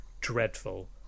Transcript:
dreadful